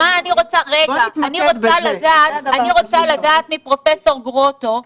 אני רוצה לדעת מפרופ' גרוטו,